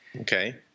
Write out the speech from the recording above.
Okay